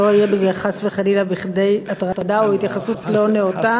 שלא יהיה בזה חס וחלילה כדי הטרדה או התייחסות לא נאותה.